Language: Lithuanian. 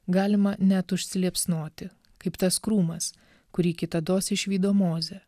galima net užsiliepsnoti kaip tas krūmas kurį kitados išvydo mozė